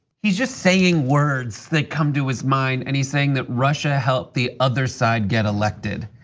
he's just saying words that come to his mind and he's saying that russia helped the other side get elected.